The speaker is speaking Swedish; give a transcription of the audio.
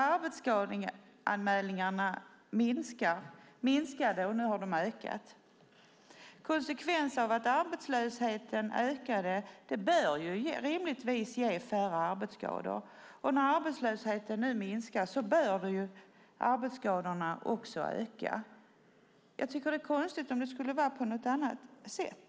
Arbetsskadeanmälningarna minskade tidigare, men nu ökar de. En konsekvens av ökad arbetslöshet bör rimligtvis vara färre arbetsskador. När arbetslösheten nu minskar bör arbetsskadorna följaktligen öka. Det vore konstigt om det var på något annat sätt.